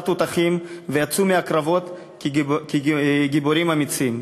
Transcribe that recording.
תותחים ויצאו מהקרבות גיבורים אמיצים.